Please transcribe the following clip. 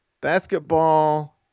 Basketball